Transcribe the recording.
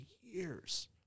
years